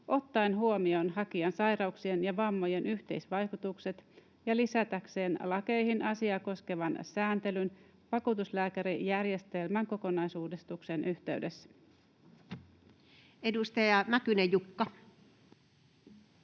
ottaen huomioon hakijan sairauksien ja vammojen yhteisvaikutukset, ja lisätäkseen lakeihin asiaa koskevan sääntelyn vakuutuslääkärijärjestelmän kokonaisuudistuksen yhteydessä.” [Speech